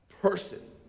person